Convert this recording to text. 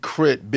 Crit